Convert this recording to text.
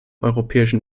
europäischen